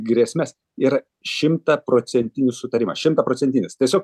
grėsmes ir šimtaprocentinį sutarimą šimtaprocentinis tiesiog